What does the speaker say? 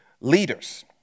leaders